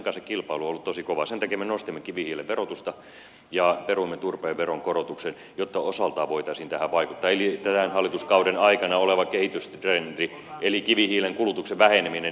sen takia me nostimme kivihiilen verotusta ja peruimme turpeen veronkorotuksen jotta osaltaan voitaisiin tähän vaikuttaa eli tämän hallituskauden aikana oleva kehitystrendi eli kivihiilen kulutuksen väheneminen jatkuisi